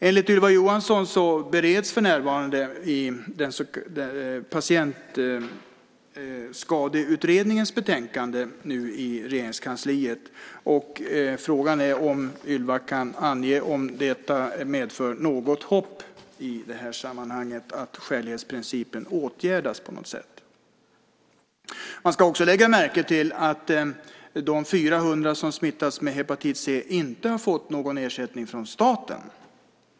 Enligt Ylva Johansson bereds frågan för närvarande i Regeringskansliet i Patientskadeutredningens betänkande. Frågan är om Ylva kan ange om det medför något hopp om att skälighetsprincipen åtgärdas på något sätt. Man ska lägga märke till att de 400 som smittats med hepatit C inte har fått någon ersättning från staten.